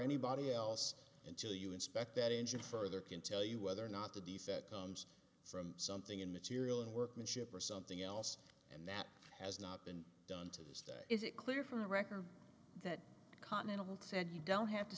anybody else until you inspect that engine further can tell you whether or not the defect comes from something in material and workmanship or something else and that has not been done to this day is it clear from the record that continental said you don't have to